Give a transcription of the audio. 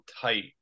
tight